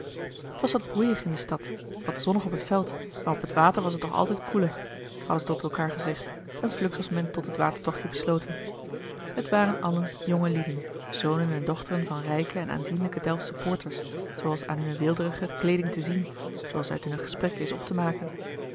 was wat broeiig in de stad wat zonnig op het veld maar op het water was het toch altijd koeler hadden ze tot elkaâr gezegd en fluks was men tot het watertochtje besloten het waren allen jongelieden zonen en dochteren van rijke en aanzienlijke delftsche poorters zooals aan hunne weelderige kleeding te zien zooals uit hunne gesprekken is op te maken